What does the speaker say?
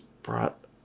Brought